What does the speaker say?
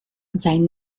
sein